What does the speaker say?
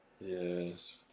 yes